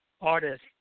artist